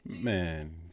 Man